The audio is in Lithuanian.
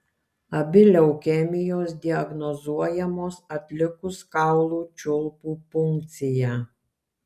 abi leukemijos diagnozuojamos atlikus kaulų čiulpų punkciją